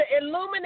illuminate